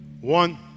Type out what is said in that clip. One